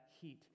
heat